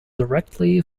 directly